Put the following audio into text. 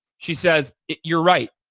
she says, you're right.